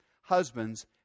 Husbands